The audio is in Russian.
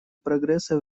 прогресса